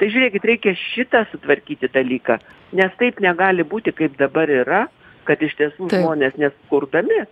tai žiūrėkit reikia šitą sutvarkyti dalyką nes taip negali būti kaip dabar yra kad iš tiesų žmonės ne sukurdami